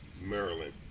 Maryland